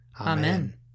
Amen